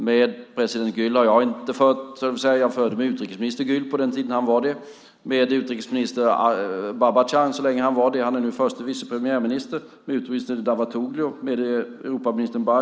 Med president Gül förde jag diskussioner när han var utrikesminister, med utrikesminister Babacan så länge han var det; han är nu förste vice premiärminister, med utrikesminister Davutoglu, med Europaminister Bagis.